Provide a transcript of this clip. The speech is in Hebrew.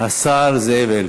השר זאב אלקין.